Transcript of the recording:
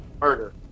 murder